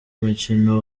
umukino